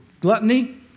Gluttony